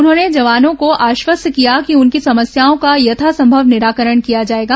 उन्होंने जवानों को आश्वस्त किया कि उनकी समस्याओं का यथासंभव निराकरण किया जाएगा